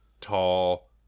tall